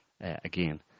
again